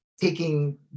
taking